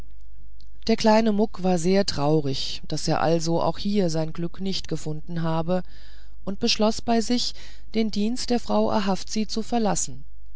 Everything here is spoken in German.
der kleine muck war sehr traurig daß er also auch hier sein glück nicht gefunden habe und beschloß bei sich den dienst der frau ahavzi zu verlassen